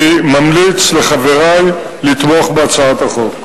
אני ממליץ לחברי לתמוך בהצעת החוק.